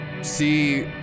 see